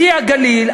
"פרי הגליל",